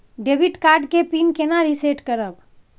Debit card के PIN केना reset करब?